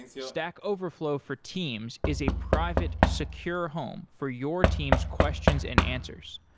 stack overflow for teams is a private secure home for your teams' questions and answers.